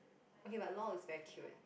okay but lol is very cute